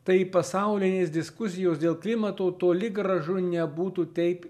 tai pasaulinės diskusijos dėl klimato toli gražu nebūtų taip